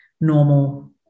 normal